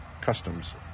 customs